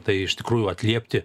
tai iš tikrųjų atliepti